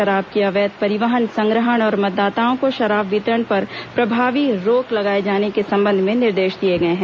शराब के अवैध परिवहन संग्रहण और मतदाताओं को शराब वितरण पर प्रभावी रोक लगाए जाने के संबंध में निर्देश दिए गए हैं